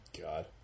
God